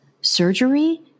Surgery